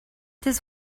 this